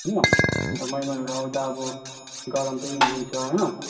होइन अन्त महिमानहरू आउँदा अब गरम पनि हुन्छ होइन